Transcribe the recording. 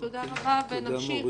תודה רבה ונמשיך.